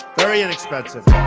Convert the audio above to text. very inexpensively